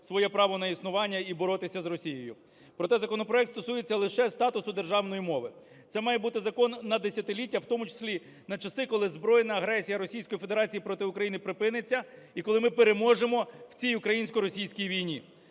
своє право на існування і боротися з Росією. Проте законопроект стосується лише статусу державної мови. Це має бути закон на десятиліття, в тому числі на часи, коли збройна агресія Російської Федерації проти України припиниться і коли ми переможемо в цій українсько-російській війні.